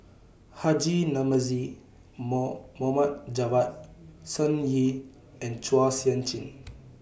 Haji Namazie More Mohd Javad Sun Yee and Chua Sian Chin